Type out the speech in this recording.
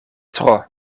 tro